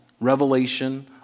revelation